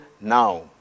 now